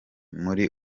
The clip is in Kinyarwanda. muri